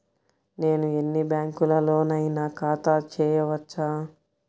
నేను ఎన్ని బ్యాంకులలోనైనా ఖాతా చేయవచ్చా?